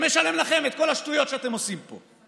שמשלם לכם את כל השטויות שאתם עושים פה.